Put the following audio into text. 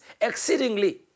exceedingly